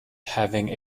having